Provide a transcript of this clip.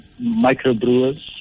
microbrewers